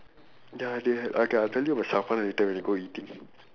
ya they had like a later we go eating